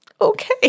okay